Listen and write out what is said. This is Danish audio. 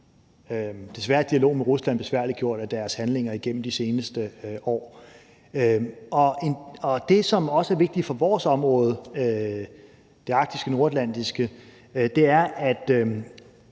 desværre er dialogen med Rusland besværliggjort af deres handlinger igennem de seneste år – og det, som også er vigtigt for vores arktiske/nordatlantiske område er, at